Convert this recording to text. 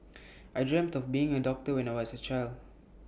I dreamt of being A doctor when I was A child